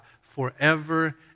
forever